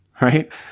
right